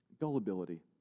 Gullibility